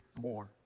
More